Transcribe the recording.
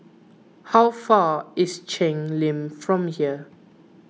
how far is Cheng Lim from here